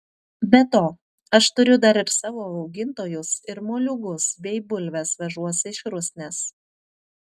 be to aš turiu dar ir savo augintojus ir moliūgus bei bulves vežuosi iš rusnės